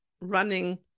running